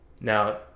Now